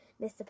Mr